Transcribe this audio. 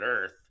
Earth